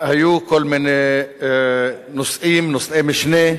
היו כל מיני נושאים, נושאי משנה,